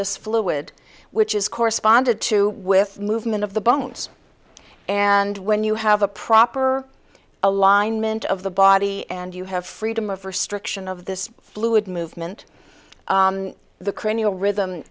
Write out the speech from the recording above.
this fluid which is corresponded to with movement of the bones and when you have a proper alignment of the body and you have freedom of restriction of this fluid movement the cranial rhythm